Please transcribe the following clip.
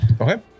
okay